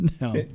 No